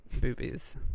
boobies